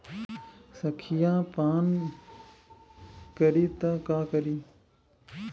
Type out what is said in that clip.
संखिया पान करी त का करी?